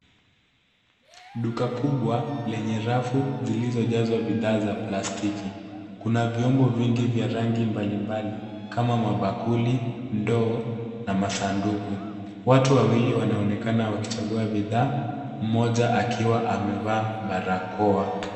Duka kubwa lenye rafu zilizojazwa bidhaa za plastiki kuna viombo vingi vya rangi mbali mbali kama mabakuli ndoo na masanduku watu wawili wanaonekana wakichagua bidhaa mmoja akiwa amevaa barakoa